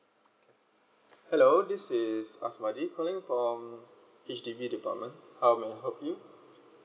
hello this is asmadi calling from H_D_B department how may I help you